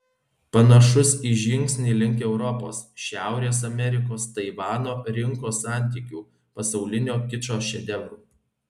panašus į žingsnį link europos šiaurės amerikos taivano rinkos santykių pasaulinio kičo šedevrų